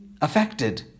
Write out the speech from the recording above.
affected